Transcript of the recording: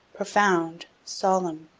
profound, solemn,